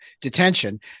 detention